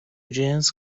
جنس